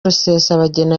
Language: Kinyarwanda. rusesabagina